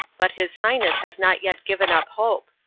but his highness has not yet given up hope.